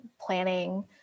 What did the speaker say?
planning